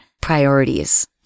priorities